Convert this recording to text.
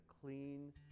clean